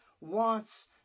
wants